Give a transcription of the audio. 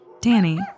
Danny